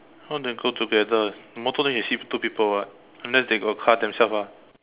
how they go together motor usually two people [what] unless they go car themselves lah